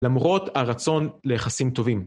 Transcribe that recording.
למרות הרצון ליחסים טובים.